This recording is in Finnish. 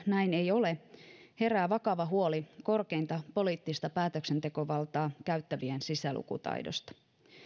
näin ei ole herää vakava huoli korkeinta poliittista päätöksentekovaltaa käyttävien sisälukutaidosta